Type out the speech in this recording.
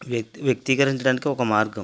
వ్యక్తీ వ్యక్తీకరించడానికి ఒక మార్గం